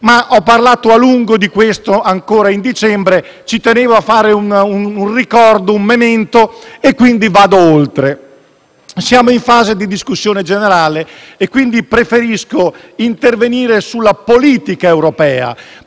ne ho parlato a lungo già a dicembre. Ci tenevo a fare un richiamo, un memento, e vado oltre. Siamo ora in fase di discussione generale, quindi preferisco intervenire sulla politica europea,